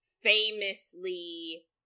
famously